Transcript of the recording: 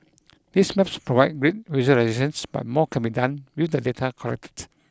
these maps provide great visualisations but more can be done with the data collected